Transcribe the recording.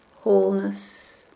wholeness